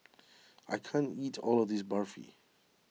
I can't eat all of this Barfi